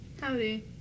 Howdy